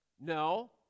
No